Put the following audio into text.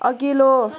अघिल्लो